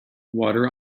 water